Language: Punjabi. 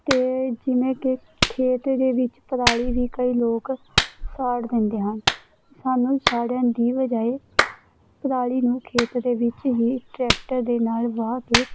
ਅਤੇ ਜਿਵੇਂ ਕਿ ਖੇਤ ਦੇ ਵਿੱਚ ਪਰਾਲੀ ਵੀ ਕਈ ਲੋਕ ਸਾੜ ਦਿੰਦੇ ਹਨ ਸਾਨੂੰ ਸਾੜਨ ਦੀ ਬਜਾਏ ਪਰਾਲੀ ਨੂੰ ਖੇਤ ਦੇ ਵਿੱਚ ਹੀ ਟਰੈਕਟਰ ਦੇ ਨਾਲ ਵਾਹ ਕੇ